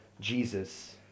Jesus